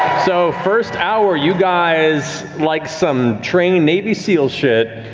so first hour, you guys, like some trained, navy seal shit,